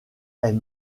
elle